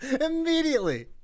Immediately